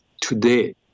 today